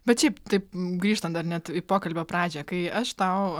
bet šiaip taip grįžtant dar net į pokalbio pradžią kai aš tau